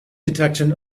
detection